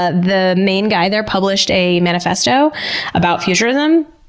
ah the main guy there published a manifesto about futurism.